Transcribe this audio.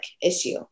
issue